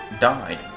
Died